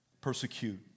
Persecute